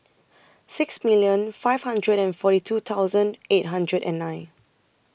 six million five hundred and forty two thousand eight hundred and nine